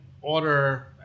order